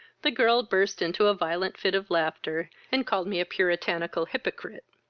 the girl burst into a violent fit of laughter, and called me a puritanical hypocrite.